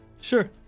Sure